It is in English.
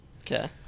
Okay